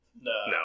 No